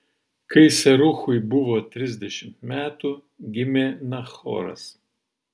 kai seruchui buvo trisdešimt metų gimė nachoras